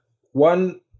one